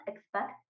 expect